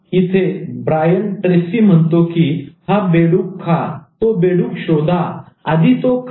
आता Brian Tracy Brian Tracy म्हणतो की हा बेडूक खा तो बेडूक शोधा आधी तो खा